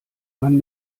man